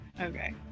Okay